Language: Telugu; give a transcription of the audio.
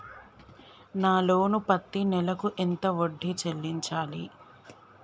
నా లోను పత్తి నెల కు ఎంత వడ్డీ చెల్లించాలి?